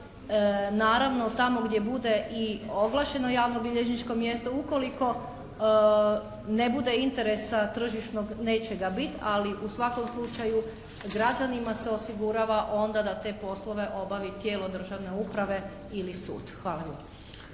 Naravno tamo gdje bude i oglašeno javnobilježničko mjesto ukoliko ne bude interesa tržišnog neće ga biti. Ali u svakom slučaju građanima se osigurava onda da te poslove obavi tijelo državne uprave ili sud. Hvala